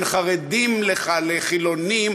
בין חרדים לחילונים,